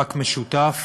שבמאבק משותף